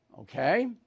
okay